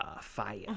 fire